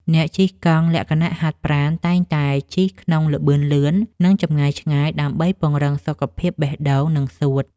អ្នកជិះកង់លក្ខណៈហាត់ប្រាណ តែងតែជិះក្នុងល្បឿនលឿន និងចម្ងាយឆ្ងាយដើម្បីពង្រឹងសុខភាពបេះដូង និងសួត។